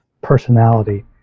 personality